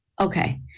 Okay